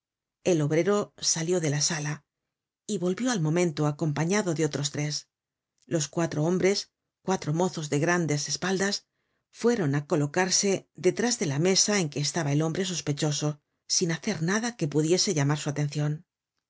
el obrero salió de la sala y volvió al momento acompañado de otros tres los cuatro hombres cuatro mozos de grandes espaldas fueron á colocarse detrás de la mesa en que estaba el hombre sospechoso sin hacer nada que pudiese llamar su atencion